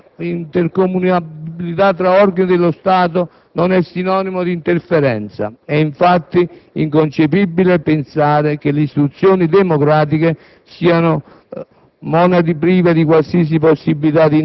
innanzi tutto, che la intercomunicabilità tra organi dello Stato non è sinonimo di interferenza. È infatti inconcepibile pensare che le istituzioni democratiche siano